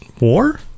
war